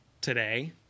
today